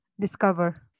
discover